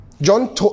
John